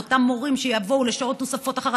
אותם מורים שיבואו לשעות נוספות אחר